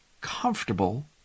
comfortable